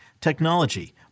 technology